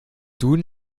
duden